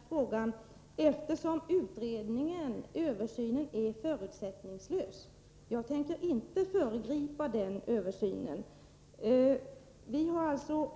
Herr talman! Tyvärr kan Jörgen Ullenhag inte få något speciellt klart svar på den här frågan, eftersom översynen är förutsättningslös. Jag tänker inte föregripa den översynen. Vi har alltså